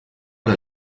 der